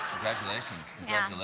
congratulations. yeah